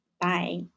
Bye